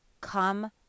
Come